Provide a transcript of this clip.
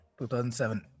2007